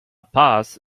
paz